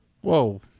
Whoa